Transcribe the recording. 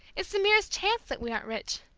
it's the merest chance that we aren't rich.